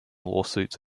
lawsuits